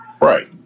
Right